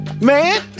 man